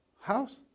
house